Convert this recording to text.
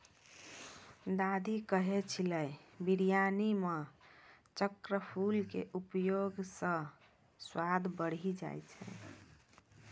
दादी कहै छेलै बिरयानी मॅ चक्रफूल के उपयोग स स्वाद बढ़ी जाय छै